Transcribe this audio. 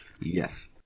Yes